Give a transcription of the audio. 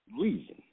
reason